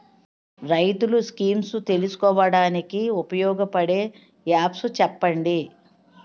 రైతులు స్కీమ్స్ తెలుసుకోవడానికి ఉపయోగపడే యాప్స్ చెప్పండి?